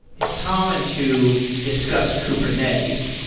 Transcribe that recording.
it's common to discuss kubernetes.